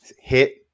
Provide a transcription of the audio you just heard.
hit